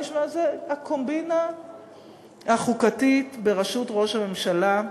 הקומבינה החוקתית בראשות ראש הממשלה.